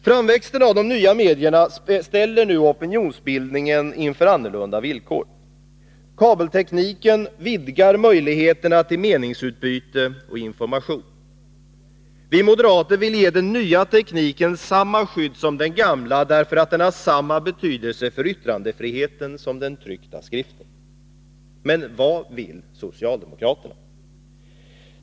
Framväxten av de nya medierna ställer nu opinionsbildningen inför annorlunda villkor. Kabeltekniken vidgar möjligheterna till meningsutbyte och information. Vi moderater vill ge den nya tekniken samma skydd som den gamla därför att den har samma betydelse för yttrandefriheten som den tryckta skriften. Men vad vill socialdemokraterna?